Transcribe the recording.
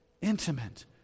intimate